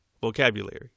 vocabulary